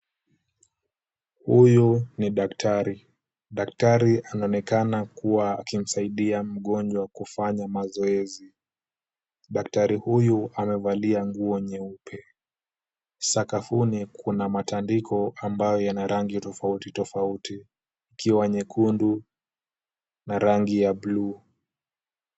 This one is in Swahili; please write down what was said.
Huyu ni daktari. Daktari anaonekana kuwa akimsaidia mgonjwa kufanya mazoezi. Daktari huyu amevalia nguo nyeupe. Sakafuni kuna matandiko ambayo yana rangi tofauti tofauti, ikiwa nyekundu na rangi ya blue .